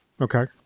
Okay